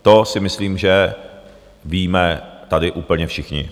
To si myslím, že víme tady úplně všichni.